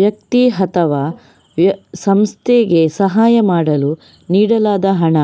ವ್ಯಕ್ತಿ ಅಥವಾ ಸಂಸ್ಥೆಗೆ ಸಹಾಯ ಮಾಡಲು ನೀಡಲಾದ ಹಣ